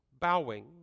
bowing